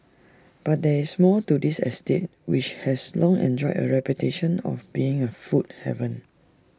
but there is more to this estate which has long enjoyed A reputation of being A food haven